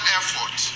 effort